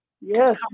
Yes